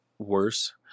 worse